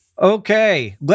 Okay